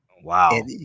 wow